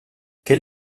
quel